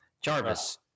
Jarvis